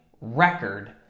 record